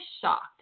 shocked